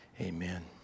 Amen